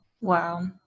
Wow